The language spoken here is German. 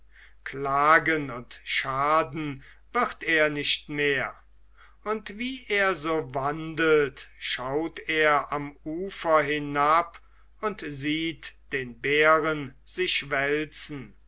klagen und schaden wird er nicht mehr und wie er so wandelt schaut er am ufer hinab und sieht den bären sich wälzen